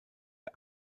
der